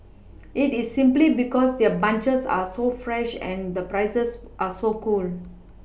it is simply because their bunches are so fresh and the prices are so cool